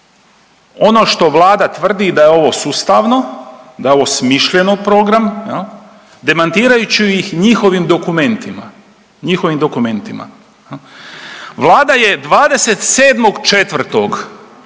ono što Vlada tvrdi da je ovo sustavno, da je ovo smišljeno u program jel, demantirajući ih njihovim dokumentima, njihovim